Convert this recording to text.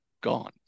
gone